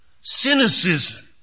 cynicism